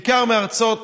בעיקר מארצות